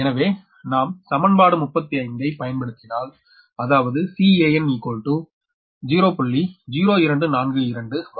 எனவே நாம் சமன்பாடு 35 ஐ பயன்படுத்தினால் அதாவது Can 0